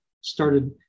started